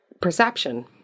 perception